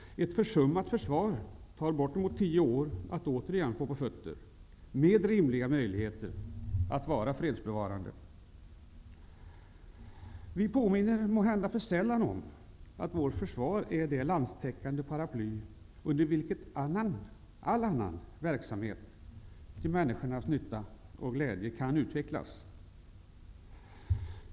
Ett försummat försvar tar bortemot tio år att återigen få på fötter, med rimliga möjligheter att vara fredsbevarande. Vi påminns måhända för sällan om att vårt försvar är det landstäckande paraply under vilket all annan verksamhet till människornas nytta och gläde kan utvecklas.